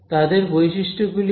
তাদের বৈশিষ্ট্য গুলি কি